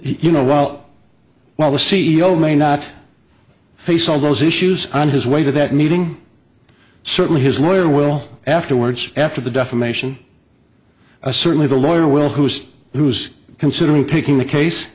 you know while well the c e o may not face all those issues on his way to that meeting certainly his lawyer will afterwards after the defamation a certainly the lawyer will who is who's considering taking the case